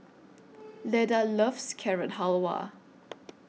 Leda loves Carrot Halwa